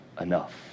enough